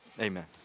amen